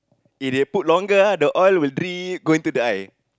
if they put longer ah the oil will drip then go into the eye